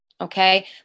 okay